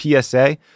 PSA